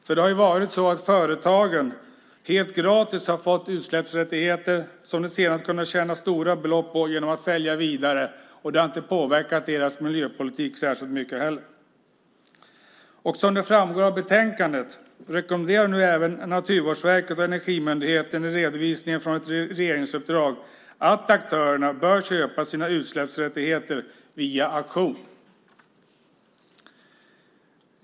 Företagen har ju helt gratis fått utsläppsrätter som de sedan kunnat tjäna stora belopp på genom att sälja vidare. Och detta har inte heller påverkat deras miljöpolitik särskilt mycket. Som framgår av betänkandet rekommenderar nu även Naturvårdsverket och Energimyndigheten, i redovisningen av ett regeringsuppdrag, att aktörerna bör köpa sina utsläppsrätter via auktion.